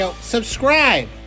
subscribe